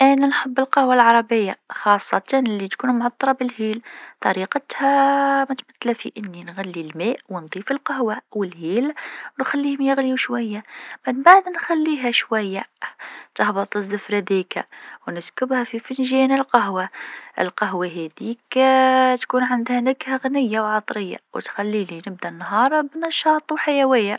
مشروبي المفضل هو العصير الطبيعي. نحب عصير البرتقال لأنه منعش. نحضروا ببرش حبات البرتقال ونضيف شوية سكر وماء. بعد، نخلطهم في الخلاط، وبالصح، يكون طازج ولذيذ.